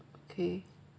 okay